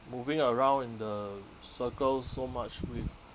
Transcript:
moving around in the circle so much we